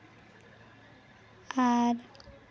ᱟᱨ